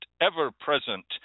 ever-present